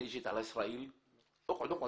אשתו כאן